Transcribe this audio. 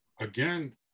again